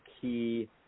key